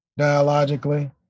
dialogically